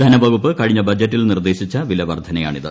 ധനവകുപ്പ് കഴിഞ്ഞ ബജറ്റിൽ നിർദ്ദേശിച്ച വിലവർധനയാണിത്